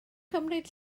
cymryd